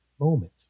moment